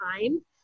time